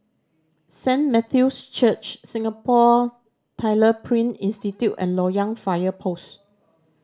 Saint Matthew's Church Singapore Tyler Print Institute and Loyang Fire Post